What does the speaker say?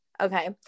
Okay